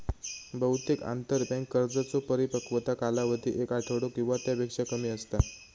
बहुतेक आंतरबँक कर्जांचो परिपक्वता कालावधी एक आठवडो किंवा त्यापेक्षा कमी असता